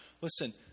Listen